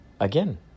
again